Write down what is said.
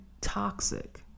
toxic